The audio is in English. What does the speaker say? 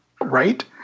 right